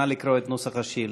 נא לקרוא את נוסח השאילתה.